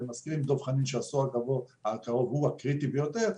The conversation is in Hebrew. אני מסכים עם דב חנין שהעשור הקרוב הוא הקריטי ביותר.